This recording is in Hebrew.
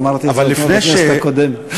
אמרתי את זה כבר בכנסת הקודמת.